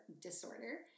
disorder